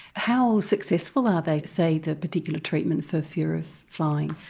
how successful are they, say the particular treatment for fear of flying?